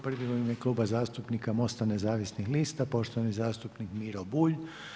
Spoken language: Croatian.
Prvi u ime Kluba zastupnika Mosta nezavisnih lista, poštovani zastupnik Miro Bulj.